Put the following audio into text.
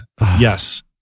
Yes